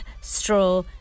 straw